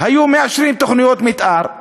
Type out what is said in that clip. היו מאשרים תוכניות מתאר,